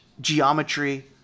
geometry